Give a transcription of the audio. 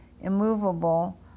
immovable